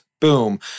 boom